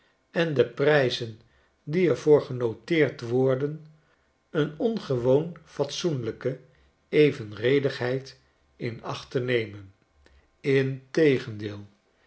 en de prijzen die er voorgenoteerd worden een ongewoon fatsoenlijke evenredigheid in acht te nemen integendeel